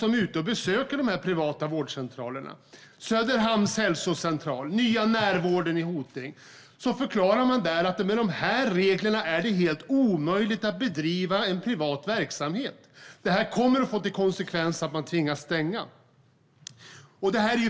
man besöker dessa privata vårdcentraler - Söderhamns hälsocentral, Nya Närvården i Hoting - förklarar de att det med dessa regler är helt omöjligt att bedriva privat verksamhet. Konsekvensen kommer att bli att de tvingas stänga.